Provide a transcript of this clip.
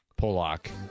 Polak